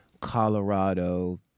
Colorado